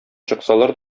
чыксалар